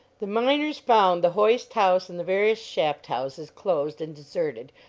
the miners found the hoist-house and the various shaft-houses closed and deserted,